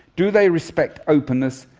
do they respect openness,